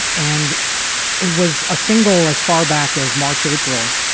and it was a single as far back as march, april,